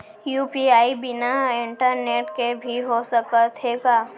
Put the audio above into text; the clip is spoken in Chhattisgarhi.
यू.पी.आई बिना इंटरनेट के भी हो सकत हे का?